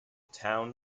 town